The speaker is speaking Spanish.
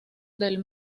del